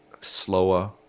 slower